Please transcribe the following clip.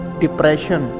depression